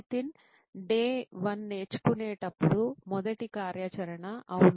Nitin Day 1 నేర్చుకునేటప్పుడు మొదటి కార్యాచరణ అవును